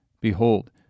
Behold